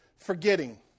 Forgetting